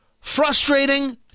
frustrating